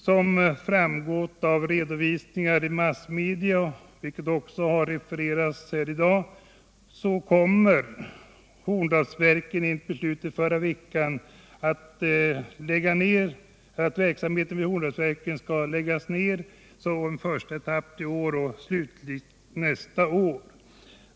Som framgått av redovisningar i massmedia, vilket också har refererats här i dag, så kommer enligt ett beslut i förra veckan verksamheten vid Horndalsverken att läggas ned i en första etapp i år och slutligt nästa år.